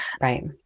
Right